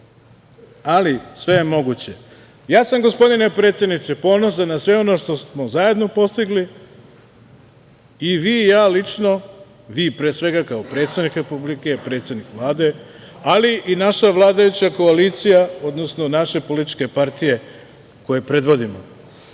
ali sve je moguće. Gospodine predsedniče, ja sam ponosan na sve ono što smo zajedno postigli i vi i ja lično, vi pre svega kao predsednik Republike, predsednik Vlade, ali i naša vladajuća koalicija, odnosno naše političke partije koje predvodimo.U